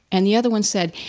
and the other one said,